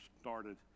started